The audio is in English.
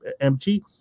MG